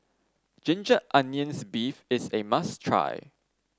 Ginger Onions beef is A must try